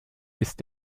ist